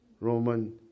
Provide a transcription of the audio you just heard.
Roman